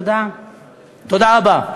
תודה רבה.